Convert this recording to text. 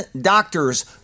doctors